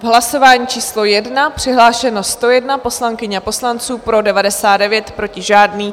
V hlasování číslo 1 přihlášeno 101 poslankyň a poslanců, pro 99, proti žádný.